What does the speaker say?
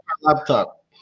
laptop